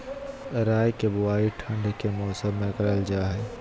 राई के बुवाई ठण्ड के मौसम में करल जा हइ